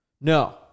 no